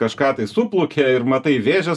kažką tai suplukė ir matai vėžes